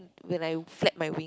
when I flap my wing